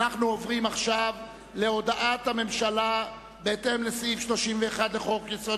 אנו עוברים להודעת הממשלה בהתאם לסעיף 31 לחוק-יסוד: